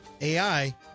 AI